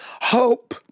hope